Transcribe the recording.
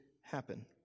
happen